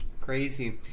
Crazy